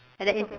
and then if